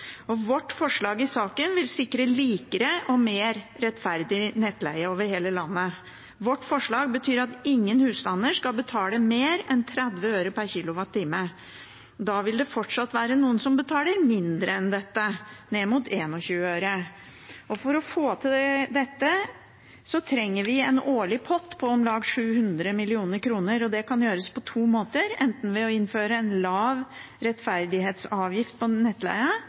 Vårt forslag i saken vil sikre likere og mer rettferdig nettleie over hele landet. Vårt forslag betyr at ingen husstander skal betale mer enn 30 øre per kWh. Da vil det fortsatt være noen som betaler mindre enn dette, ned mot 21 øre. For å få til dette trenger vi en årlig pott på om lag 700 mill. kr. Det kan gjøres på to måter: enten ved å innføre en lav rettferdighetsavgift på